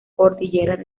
cordilleras